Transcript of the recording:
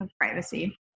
privacy